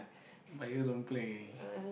my year don't play already